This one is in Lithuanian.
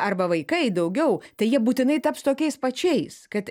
arba vaikai daugiau tai jie būtinai taps tokiais pačiais kad